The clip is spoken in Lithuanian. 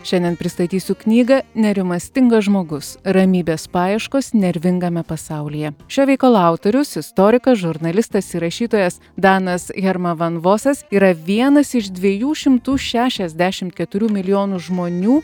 šiandien pristatysiu knygą nerimastingas žmogus ramybės paieškos nervingame pasaulyje šio veikalo autorius istorikas žurnalistas rašytojas danas hermavanvosas yra vienas iš dviejų šimtų šešiasdešimt keturių milijonų žmonių